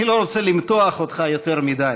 אני לא רוצה למתוח אותך יותר מדי.